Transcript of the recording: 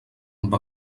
amb